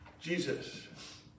Jesus